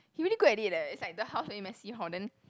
he really good at it leh is like the house very messy hor then